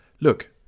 Look